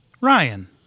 Ryan